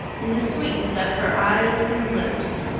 and the sweetness of her eyes and lips.